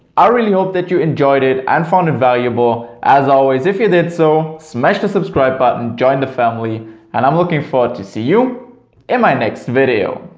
i really hope that you enjoyed it and found it valuable, as always if you did so smash the subscribe button, join the family and i'm looking forward to see you in my next video!